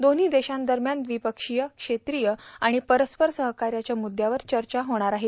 दोन्ही देशांदरम्यान दविपक्षीय क्षेत्रीय आणि परस्पर सहकार्याच्या मुदयावर चर्चा होणार आहे